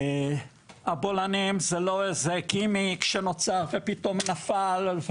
הבולענים זה לא איזה גימיק שנוצר ופתאום נפל,